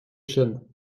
chenes